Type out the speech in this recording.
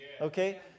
Okay